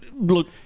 look